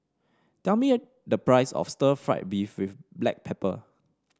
tell me the price of Stir Fried Beef with Black Pepper